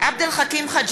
בדם קר זו